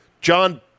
John